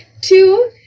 Two